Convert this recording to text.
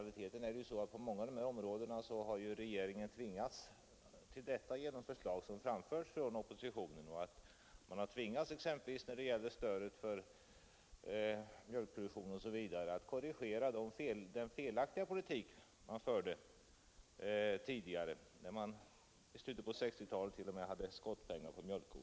Det är ju i realiteten så att regeringen tvingats till detta på många områden genom förslag som framförts från oppositionen. Man har exempelvis när det gäller stödet för mjölkproduktionen tvingats att korrigera den felaktiga politik man förde tidigare. I slutet av 1960-talet hade man t.o.m. skottpengar på mjölkkor.